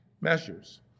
measures